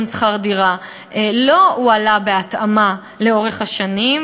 כמו שכל הזמן אומרים לנו: היי-טק וסטרט-אפ ומדינת הסטרט-אפ,